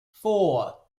four